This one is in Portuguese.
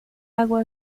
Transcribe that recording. água